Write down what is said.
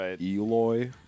Eloy